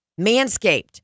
Manscaped